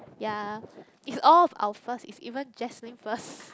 yea is all of our first is even Jasmine first